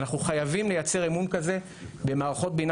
אנחנו חייבים לייצר אמון כזה במערכות בינה